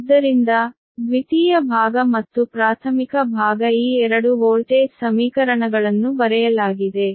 ಆದ್ದರಿಂದ ದ್ವಿತೀಯ ಭಾಗ ಮತ್ತು ಪ್ರಾಥಮಿಕ ಭಾಗ ಈ ಎರಡು ವೋಲ್ಟೇಜ್ ಸಮೀಕರಣಗಳನ್ನು ಬರೆಯಲಾಗಿದೆ